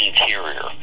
interior